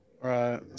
right